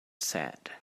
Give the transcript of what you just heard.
sad